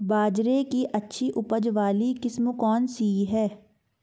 बाजरे की अच्छी उपज वाली किस्म कौनसी है?